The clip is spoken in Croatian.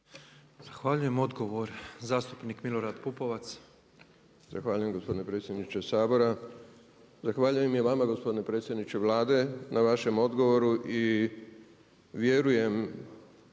Zahvaljujem. Odgovor zastupnik Milorad Pupovac. **Pupovac, Milorad (SDSS)** Zahvaljujem gospodine predsjedniče Sabora, zahvaljujem i vama gospodine predsjedniče Vlade na vašem odgovoru i vjerujem